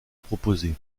proposées